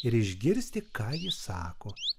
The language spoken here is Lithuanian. ir išgirsti ką ji sako